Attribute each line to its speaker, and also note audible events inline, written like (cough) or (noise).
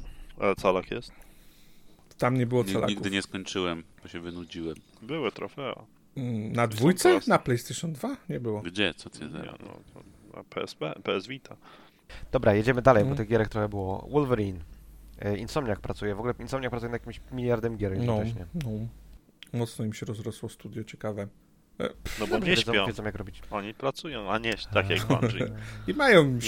Speaker 1: Ale calak jest?
Speaker 2: Tam nie było
Speaker 3: Nie, nigdy
Speaker 2: calaków.
Speaker 3: nie skończyłem, bo się wynudziłem.
Speaker 1: Były trofea.
Speaker 2: Mm, na
Speaker 1: I są
Speaker 2: dwójce?
Speaker 1: proste.
Speaker 2: Na PlayStation 2? Nie było.
Speaker 3: Gdzie? Co ty
Speaker 1: Nie,
Speaker 3: za-
Speaker 1: no, to na PSP, PS Vita.
Speaker 4: Dobra, jedziemy dalej, bo
Speaker 2: Mm.
Speaker 4: tych gierek trochę było. Wolverine. E, Insomniac pracuje. W ogóle Insomniac pracuje nad jakimś miliardem gier
Speaker 2: No,
Speaker 4: jednocześnie.
Speaker 2: no. Mocno im się rozrosło studio, ciekawe. E,
Speaker 1: No bo
Speaker 2: pff.
Speaker 1: nie
Speaker 4: Dobrze, wiedzą-
Speaker 1: śpią.
Speaker 4: wiedzą, jak robić.
Speaker 1: Oni pracują, a nie tak jak
Speaker 2: (laughs)
Speaker 4: A.
Speaker 1: Bungie.
Speaker 2: I mają